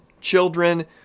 children